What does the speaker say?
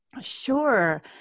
Sure